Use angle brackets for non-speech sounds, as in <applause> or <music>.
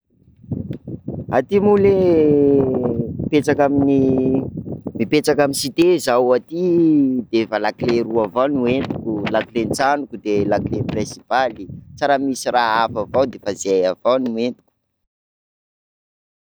Aty moa ley <hesitation> mipetraka amin'ny- mipetraka amin'ny cité zaho aty, de fa lakile roa avao no entiko, lakilen'ny tranoko de lakilen'ny prinsipaly, tsa raha misy raha hafa avao fa de fa zay avao no entiko.